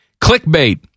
Clickbait